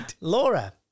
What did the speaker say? Laura